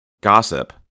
Gossip